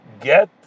get